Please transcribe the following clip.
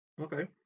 Okay